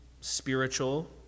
spiritual